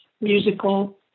musical